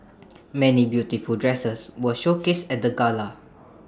many beautiful dresses were showcased at the gala